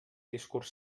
discurs